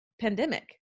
pandemic